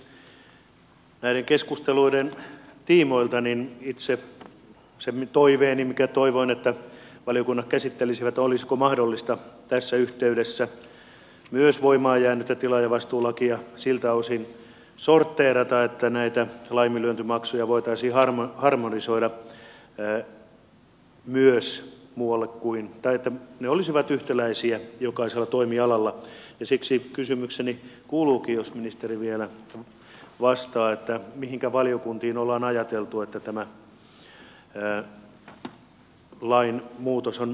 näiden keskusteluiden tiimoilta itse esitän sen toiveeni minkä toivoin että valiokunnat käsittelisivät olisiko mahdollista tässä yhteydessä myös voimaan jäänyttä tilaajavastuulakia siltä osin sortteerata että näitä laiminlyöntimaksuja voitaisiin harmonisoida myös muualle tai että ne olisivat yhtäläisiä jokaisella toimialalla ja siksi kysymykseni kuuluukin jos ministeri vielä vastaa mihinkä valiokuntiin on ajateltu että tämä lainmuutos on menossa